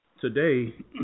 today